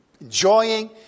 enjoying